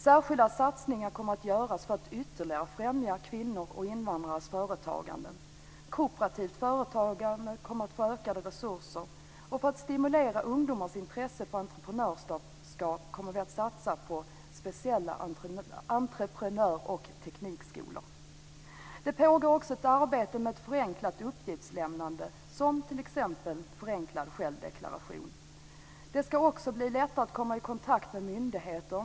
Särskilda satsningar kommer att göras för att ytterligare främja kvinnors och invandrares företagande. Kooperativt företagande kommer att få ökade resurser, och för att stimulera ungdomars intresse för entreprenörskap kommer vi att satsa på speciella entreprenör och teknikskolor. Det pågår också ett arbete med ett förenklat uppgiftslämnande, vad gäller t.ex. förenklad självdeklaration. Det ska också bli lättare att komma i kontakt med myndigheter.